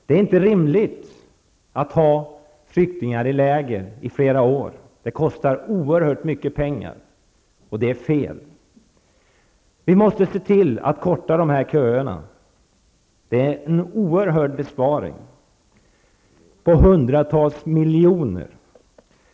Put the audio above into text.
Det är inte rimligt att ha flyktingar i läger i flera år. Det kostar oerhört mycket pengar, och det är fel. Vi måste se till att korta köerna, för det skulle innebära en oerhörd besparing, på hundratals miljoner.